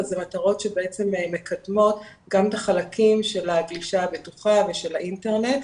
אז אלה מטרות שמקדמות גם את החלקים של הגלישה הבטוחה ושל האינטרנט.